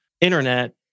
internet